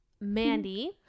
Mandy